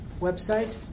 website